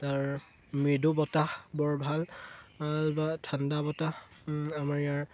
তাৰ মৃদু বতাহ বৰ ভাল বা ঠাণ্ডা বতাহ আমাৰ ইয়াৰ